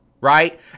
right